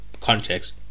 context